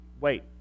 wait